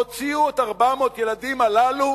הוציאו את 400 הילדים הללו